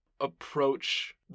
approach